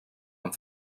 amb